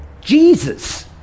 Jesus